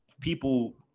people